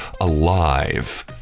alive